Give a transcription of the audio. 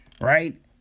right